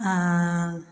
आओर